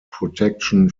protection